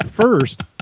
First